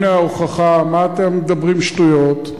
הנה ההוכחה, מה אתם מדברים שטויות?